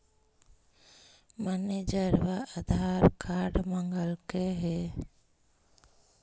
मैनेजरवा आधार कार्ड मगलके हे?